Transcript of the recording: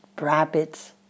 rabbits